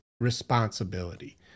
responsibility